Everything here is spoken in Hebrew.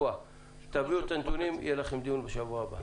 תביאו את הנתונים ויהיה דיון בשבוע הבא.